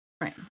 Right